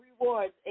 rewards